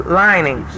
lining